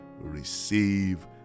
receive